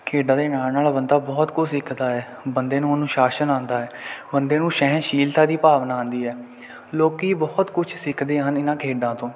ਖੇਡਾਂ ਦੇ ਨਾਲ ਨਾਲ ਬੰਦਾ ਬਹੁਤ ਕੁਝ ਸਿੱਖਦਾ ਹੈ ਬੰਦੇ ਨੂੰ ਅਨੁਸ਼ਾਸਨ ਆਉਂਦਾ ਹੈ ਬੰਦੇ ਨੂੰ ਸ਼ਹਿਣਸ਼ੀਲਤਾ ਦੀ ਭਾਵਨਾ ਆਉਂਦੀ ਹੈ ਲੋਕ ਬਹੁਤ ਕੁਝ ਸਿੱਖਦੇ ਹਨ ਇਹਨਾਂ ਖੇਡਾਂ ਤੋਂ